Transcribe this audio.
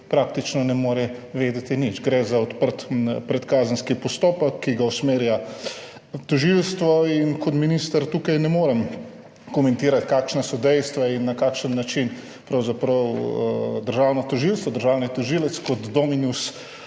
praktično ne more vedeti nič. Gre za odprt predkazenski postopek, ki ga usmerja tožilstvo, in kot minister tukaj ne morem komentirati, kakšna so dejstva in na kakšen način pravzaprav državno tožilstvo, državni tožilec kot dominus